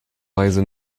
weise